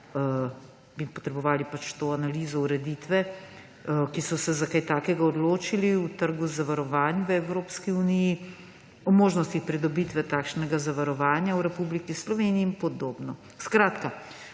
Potrebovali bi to analizo ureditve, ko so se za kaj takega odločili v trgu zavarovanj v Evropski uniji, o možnosti pridobitve takšnega zavarovanja v Republiki Sloveniji in podobno. Da